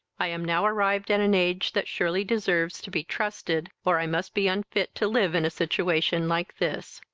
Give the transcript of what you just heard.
i am now arrived at an age that surely deserves to be trusted, or i must be unfit to live in a situation like this.